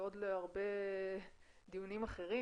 ועוד להרבה דיונים אחרים,